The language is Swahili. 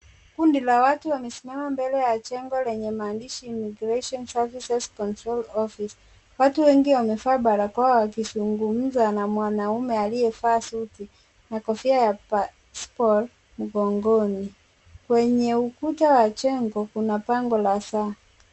Kundi la watu wamesimama mbele ya jengo lenye maandishi Immigration Services Control Office . Watu wengi wamevaa barakoa wakizungumza na mwanaume aliyevaa suti na kofia ya pasport mgongoni. Kwenye ukuta wa jengo kuna bango la saa.